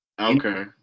Okay